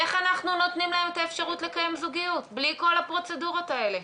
איך אנחנו נותנים להם את האפשרות לקיים זוגיות בלי כל הפרוצדורות האלה?